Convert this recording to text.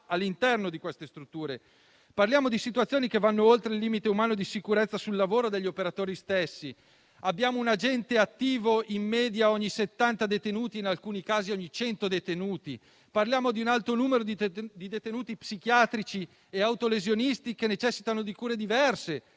all'interno di queste strutture. Parliamo di situazioni che vanno oltre il limite umano di sicurezza sul lavoro degli operatori stessi. In media, abbiamo un agente attivo ogni 70 detenuti, in alcuni casi ogni 100. Parliamo di un alto numero di detenuti psichiatrici e autolesionisti, che necessitano di cure diverse